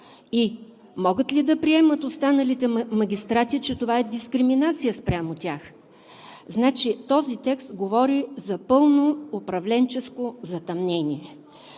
и могат ли останалите магистрати да приемат, че това е дискриминация спрямо тях? Значи, този текст говори за пълно управленческо затъмнение.